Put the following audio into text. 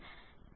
ഇവിടെ എന്താണ്